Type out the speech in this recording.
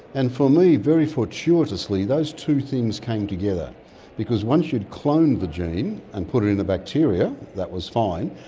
and for me very fortuitously those two things came together because once you'd cloned the gene and put it in a bacteria, that was fine,